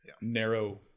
narrow